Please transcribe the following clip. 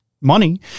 money